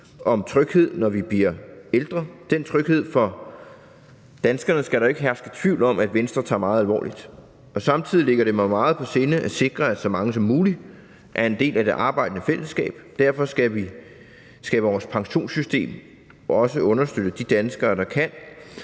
om tryghed, når vi bliver ældre. Den tryghed for danskerne skal der jo ikke herske tvivl om at Venstre tager meget alvorligt, og samtidig ligger det mig meget på sinde at sikre, at så mange som muligt er en del af det arbejdende fællesskab. Derfor skal vores pensionssystem også understøtte de danskere, der kan,